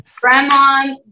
Grandma